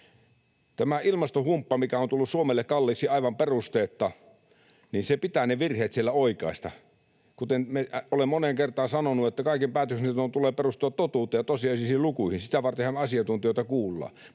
Tästä ilmastohumpasta, mikä on tullut Suomelle kalliiksi aivan perusteetta, pitää virheet oikaista. Kuten olen moneen kertaan sanonut, kaiken päätöksenteon tulee perustua totuuteen ja tosiasiallisiin lukuihin. Sitä vartenhan asiantuntijoita kuullaan.